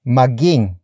maging